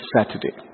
Saturday